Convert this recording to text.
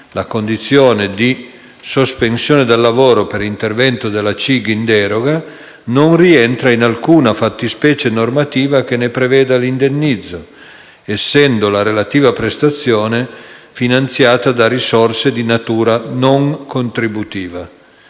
la condizione di sospensione dal lavoro per intervento della CIG in deroga non rientra in alcuna fattispecie normativa che ne preveda l'indennizzo, essendo la relativa prestazione finanziata da risorse di natura non contributiva.